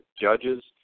judges